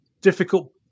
difficult